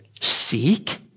seek